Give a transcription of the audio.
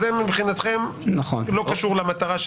מבחינתכם, זה לא קשור למטרה.